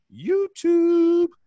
YouTube